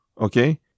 Okay